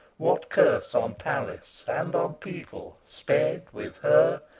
what curse on palace and on people sped with her,